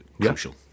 crucial